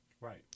Right